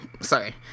sorry